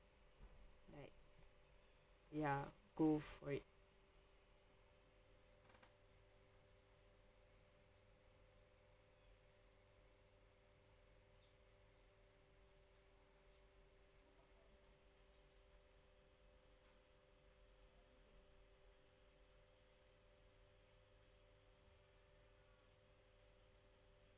like ya go for it